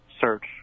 search